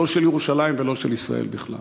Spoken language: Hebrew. לא של ירושלים ולא של ישראל בכלל.